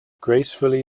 gracefully